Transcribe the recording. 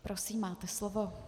Prosím, máte slovo.